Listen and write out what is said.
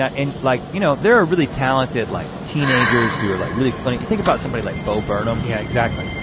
ah and like, you know there are really talented like teenagers who are like, really funny. you think about somebody like bo burnham? yeah, exactly.